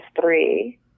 three